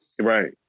Right